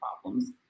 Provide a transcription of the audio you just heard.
problems